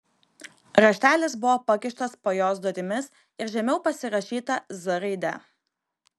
raštelis buvo pakištas po jos durimis ir žemiau pasirašyta z raide